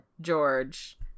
George